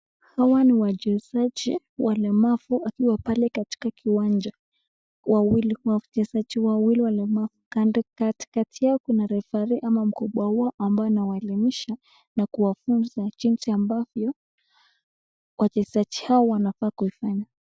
Hawa ni wachezaji walemavu wakiwa pale katika kiwanja. Wawili, wachezaji wawili walemavu kando, katikati yao kuna referee au mkubwa wao ambao anawaelimisha na kuwafunza jinsi ambavyo wachezaji hao wanafaa kufanya.